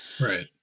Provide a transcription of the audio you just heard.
right